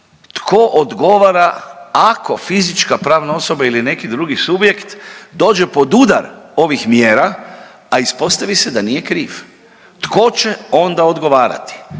tko odgovara ako fizička, pravna osoba ili neki drugi subjekt dođe pod udar ovih mjera, a ispostavi se da nije kriv, tko će onda odgovarati,